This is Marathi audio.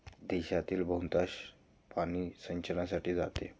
देशातील बहुतांश पाणी सिंचनासाठी जाते